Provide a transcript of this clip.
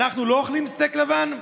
אנחנו לא אוכלים סטייק לבן?